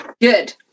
good